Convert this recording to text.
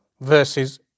verses